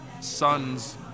sons